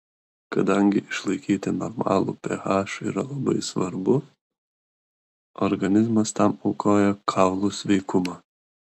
kadangi išlaikyti normalų ph yra labai svarbu organizmas tam aukoja kaulų sveikumą